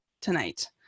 tonight